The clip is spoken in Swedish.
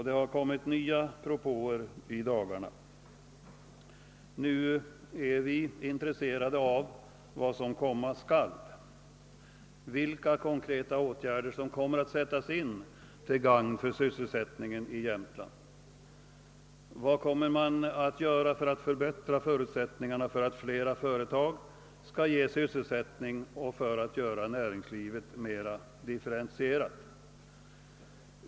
Nya propåer har gjorts i dagarna och nu är vi intresserade av vad som komma skall och vilka konkreta åtgärder som kommer att sättas in till gagn för sysselsättningen i Jämtland. Vad kommer man att göra för att förbättra förutsättningarna för att flera företag skall kunna ge sysselsättning och för att näringslivet skall bli mera differentierat?